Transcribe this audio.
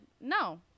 no